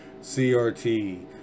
CRT